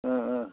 ओं ओं